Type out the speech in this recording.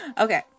Okay